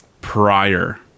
prior